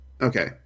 Okay